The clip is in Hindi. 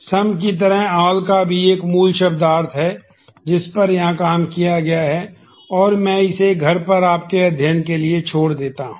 सम का भी एक मूल शब्दार्थ है जिस पर यहां काम किया गया है और मैं इसे घर पर आपके अध्ययन के लिए छोड़ देता हूं